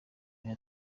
iyo